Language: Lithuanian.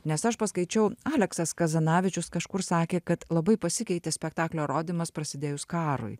nes aš paskaičiau aleksas kazanavičius kažkur sakė kad labai pasikeitė spektaklio rodymas prasidėjus karui